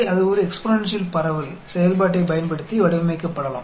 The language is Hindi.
इसलिए यह एक एक्सपोनेंशियल डिस्ट्रीब्यूशन फ़ंक्शन का उपयोग करके मॉडलिंग की जा सकती है